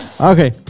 Okay